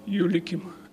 jų likimą